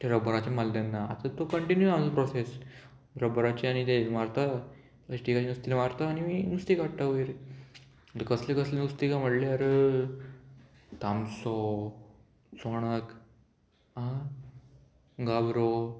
तें रब्बराचें मारलें तेन्ना आतां तो कंटिन्यू आसा प्रोसेस रब्बराचें आनी ते मारता प्लास्टिकाचें नुस्तें मारता आनी नुस्तें काडटा वयर कसलें कसलें नुस्तें काय म्हणल्यार तामसो चोणोक आं गाबरो